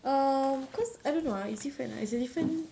um because I don't know ah it's different ah it's a different